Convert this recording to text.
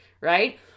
right